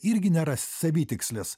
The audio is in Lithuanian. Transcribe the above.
irgi nėra savitikslis